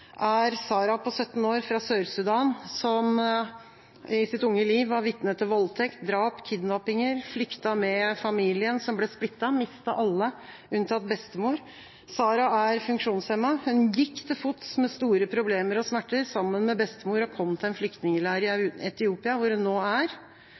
er Sara på 17 år fra Sør-Sudan som i sitt unge liv var vitne til voldtekt, drap, kidnappinger, hun flyktet med familien som ble splittet, og mistet alle unntatt bestemor. Sara er funksjonshemmet. Hun gikk til fots, med store problemer og smerter, sammen med bestemor og kom til en